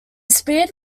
speed